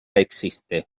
existe